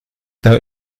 der